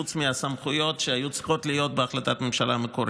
חוץ מהסמכויות שהיו צריכות להיות בהחלטת הממשלה המקורית: